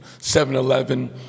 7-Eleven